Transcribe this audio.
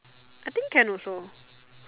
I think can also